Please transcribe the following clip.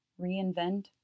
reinvent